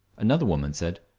another woman said,